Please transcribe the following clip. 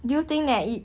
do you think that it